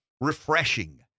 refreshing